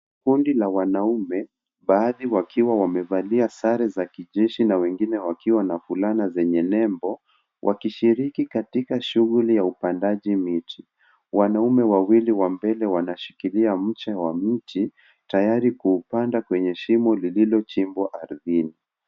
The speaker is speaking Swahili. Kundi la wanaume baadhi wakiwa wamevalia sare za kisheji na wengine wakiwa na fulana zenye nembo wakishiriki katika shughuli ya upandaji miti. Wanaume wawili wa mbele wanashikilia mche wa mti tayari kuupanda kwenye shimo lililochimbwa ardhini.